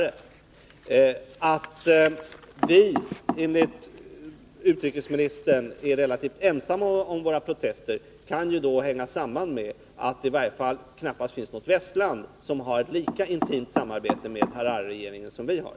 3 Att vi, enligt utrikesministern, är relativt ensamma om protesterna kan ju hänga samman med att det knappast finns i varje fall något västland som har ett lika intimt samarbete med Harare-regeringen som Sverige.